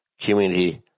community